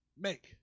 make